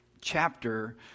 chapter